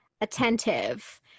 attentive